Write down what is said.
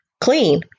clean